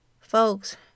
Folks